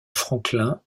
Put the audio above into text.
franklin